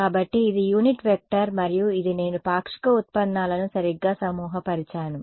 కాబట్టి ఇది unit vector మరియు ఇది నేను పాక్షిక ఉత్పన్నాలను సరిగ్గా సమూహపరచాను